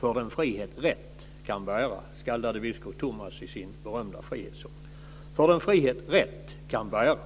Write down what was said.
för den frihet rätt kan bära" skaldade biskop Thomas i sin berömda frihetssång - "för den frihet rätt kan bära".